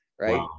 right